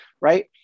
right